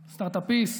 סטרטאפיסט,